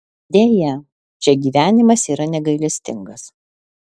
deja čia gyvenimas yra negailestingas